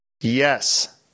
Yes